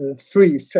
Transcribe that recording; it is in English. Three